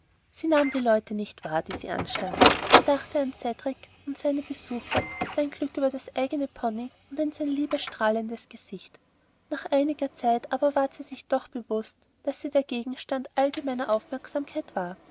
sie nahm die leute nicht wahr die sie anstarrten sie dachte an cedrik und seine besuche sein glück über den eignen pony und an sein liebes strahlendes gesicht nach einiger zeit aber ward sie sich doch bewußt daß sie der gegenstand allgemeiner aufmerksamkeit war